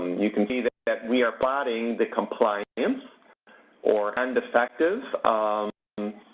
you can see that that we are plotting the compliance or non-defective. um